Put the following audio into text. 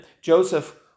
Joseph